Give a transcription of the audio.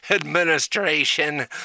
administration